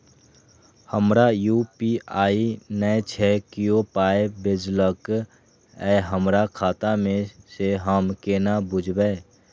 हमरा यू.पी.आई नय छै कियो पाय भेजलक यै हमरा खाता मे से हम केना बुझबै?